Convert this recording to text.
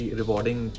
rewarding